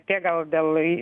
tiek gal dėl